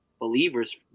believers